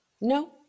No